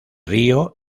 río